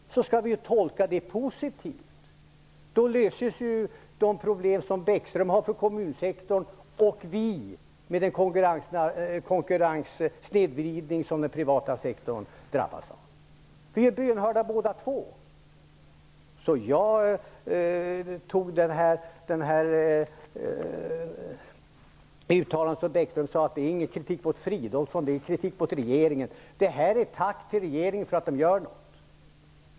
Detta skall vi dock tolka positivt. Då kommer man till rätta med de bekymmer som Bäckström har för kommunsektorn och de som vi har på grund av den konkurrenssnedvridning som den privata sektorn drabbas av. Vi blir bönhörda båda två. Bäckström sade att han inte hade någon kritik mot Fridolfsson men mot regeringen. Jag vill ge ett tack för regeringen för att den gör något.